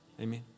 Amen